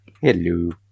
Hello